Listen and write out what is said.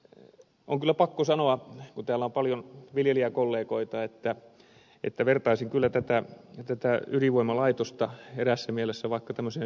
on kyllä pakko sanoa kun täällä on paljon viljelijäkollegoita että vertaisin kyllä ydinvoimalaitosta eräässä mielessä vaikka suursikalaan